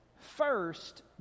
First